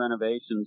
renovations